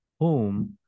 home